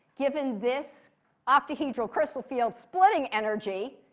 given this octahedral crystal field splitting energy,